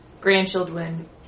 grandchildren